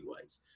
ways